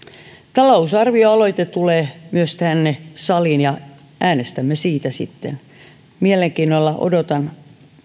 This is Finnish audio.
talousarvioaloite tulee myös tänne saliin ja äänestämme siitä sitten mielenkiinnolla odotan